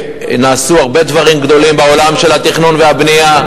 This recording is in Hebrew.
נעשו הרבה דברים גדולים בעולם של התכנון והבנייה,